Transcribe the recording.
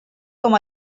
com